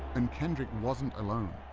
and kendrick wasn't alone.